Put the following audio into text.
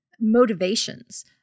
motivations